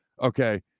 Okay